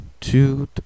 two